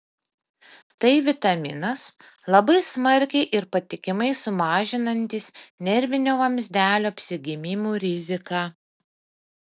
tai vitaminas labai smarkiai ir patikimai sumažinantis nervinio vamzdelio apsigimimų riziką